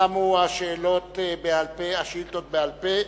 תמו השאילתות בעל-פה.